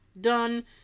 done